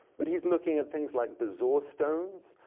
but he's looking at things like bezoar stones,